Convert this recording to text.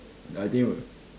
I think will